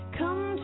come